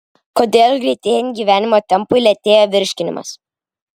kodėl greitėjant gyvenimo tempui lėtėja virškinimas